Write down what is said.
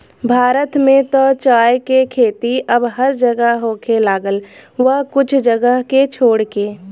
भारत में त चाय के खेती अब हर जगह होखे लागल बा कुछ जगह के छोड़ के